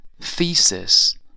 thesis